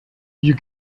you